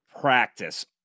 practice